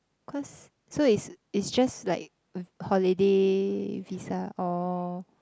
cause so it's it's just like with holiday visa or